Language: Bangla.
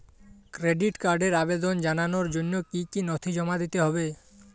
ক্রেডিট কার্ডের আবেদন জানানোর জন্য কী কী নথি জমা দিতে হবে?